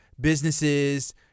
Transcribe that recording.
businesses